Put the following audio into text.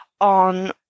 on